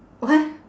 what